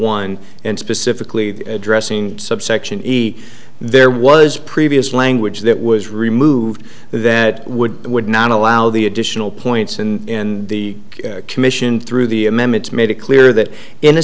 one and specifically addressing subsection easy there was previous language that was removed that would would not allow the additional points in the commission through the amendments made it clear that in a